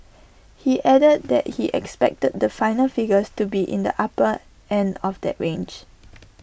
he added that he expected the final figures to be in the upper end of that range